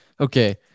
okay